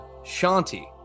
Shanti